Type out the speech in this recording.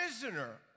prisoner